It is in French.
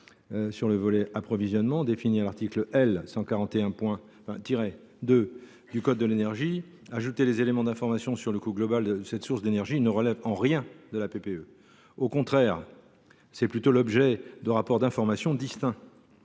sécurité d’approvisionnement, défini à l’article L. 141 2 du code de l’énergie, ajouter les éléments d’information sur le coût global de cette source d’énergie ne relève en rien de la PPE, mais plutôt de rapports d’information distincts